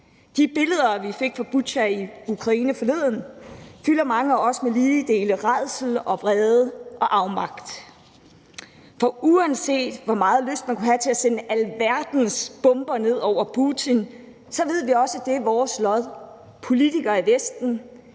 De billeder, vi forleden fik fra Butja i Ukraine, fylder mange af os med lige dele rædsel og vrede og afmagt, for uanset hvor meget lyst man kunne have til at sende alverdens bomber ned over Putin, ved vi også, at det er vores – politikere i Vestens